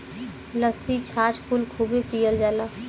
लस्सी छाछ कुल खूबे पियल जाला